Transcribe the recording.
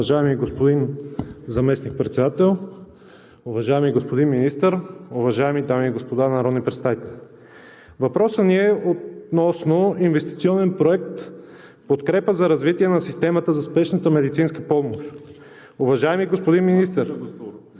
Уважаеми господин Заместник-председател, уважаеми господин Министър, уважаеми дами и господа народни представители! Въпросът ми е относно инвестиционен проект в подкрепа за развитие на системата за Спешната медицинска помощ. Уважаеми господин Министър,